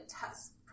test